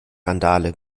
randale